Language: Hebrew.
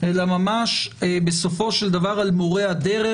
אלא ממש בסופו של דבר על מורה הדרך